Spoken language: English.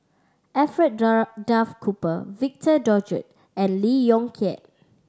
Alfred Duff Cooper Victor Doggett and Lee Yong Kiat